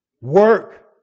work